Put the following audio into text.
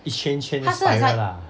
一圈一圈的 spiral lah